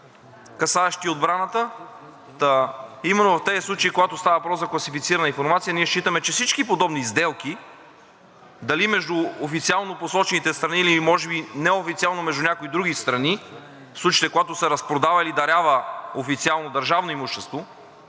касаещи отбраната, та именно в тези случаи, когато става въпрос за класифицирана информация, ние считаме, че всички подобни сделки – дали между официално посочените страни, или може би неофициално между някои други страни, в случаите, когато се разпродава или дарява официално държавно имущество,